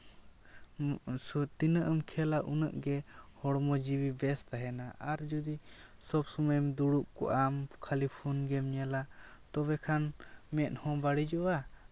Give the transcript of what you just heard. ᱛᱤᱱᱟᱹᱜ ᱮᱢ ᱠᱷᱮᱞᱟ ᱩᱱᱟᱹᱜ ᱜᱮ ᱦᱚᱲᱢᱚ ᱡᱤᱣᱤ ᱵᱮᱥ ᱛᱟᱦᱮᱱᱟ ᱟᱨ ᱡᱩᱫᱤ ᱥᱚᱵ ᱥᱚᱢᱚᱭ ᱮᱢ ᱫᱩᱲᱩᱵ ᱠᱚᱜ ᱟᱢ ᱠᱷᱟᱹᱞᱤ ᱯᱷᱩᱱ ᱜᱮᱢ ᱧᱮᱞᱟ ᱛᱚᱵᱮ ᱠᱷᱟᱱ ᱢᱮᱫ ᱦᱚᱸ ᱵᱟᱹᱲᱤᱡᱚᱜᱼᱟ